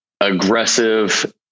aggressive